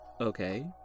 Okay